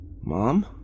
mom